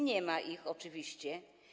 Nie ma ich oczywiście.